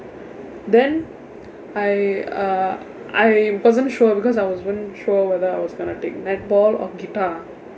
then I uh I wasn't sure because I wasn't sure whether I was going to take netball or guitar